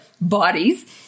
bodies